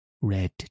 Red